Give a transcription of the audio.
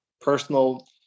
personal